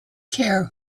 care